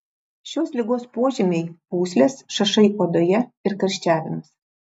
šios ligos požymiai pūslės šašai odoje ir karščiavimas